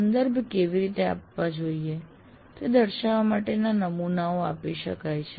સંદર્ભ કેવી રીતે આપવા જોઈએ તે દર્શાવવા માટે નમૂનાઓ આપી શકાય છે